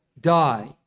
die